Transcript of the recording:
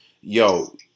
yo